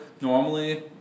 Normally